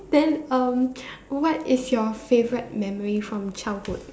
then um what is your favourite memory from childhood